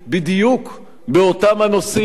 בדיוק באותם הנושאים,